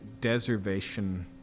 deservation